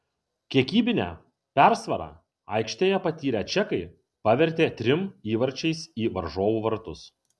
kiekybinę persvarą aikštėje patyrę čekai pavertė trim įvarčiais į varžovų vartus